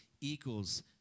equals